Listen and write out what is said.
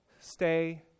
stay